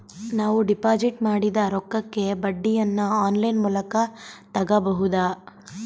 ನಾವು ಡಿಪಾಜಿಟ್ ಮಾಡಿದ ರೊಕ್ಕಕ್ಕೆ ಬಡ್ಡಿಯನ್ನ ಆನ್ ಲೈನ್ ಮೂಲಕ ತಗಬಹುದಾ?